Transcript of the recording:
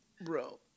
Bro